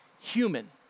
human